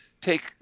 take